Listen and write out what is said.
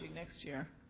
next year